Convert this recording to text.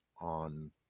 on